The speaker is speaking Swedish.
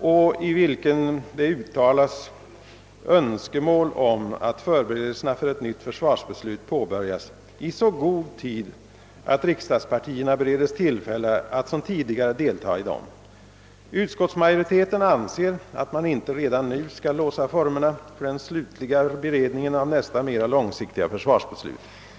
och i vilken det uttalas önskemål om att förberedelserna för ett nytt försvarsbeslut påbörjas i så god tid, att riksdagspartierna beredes tillfälle att som tidigare deltaga i dem. Utskottsmajoriteten anser att man inte redan nu skall låsa formerna för den slutliga beredningen av nästa mera långsiktiga försvarsbeslut.